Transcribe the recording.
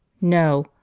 No